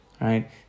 Right